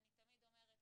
אני תמיד אומרת,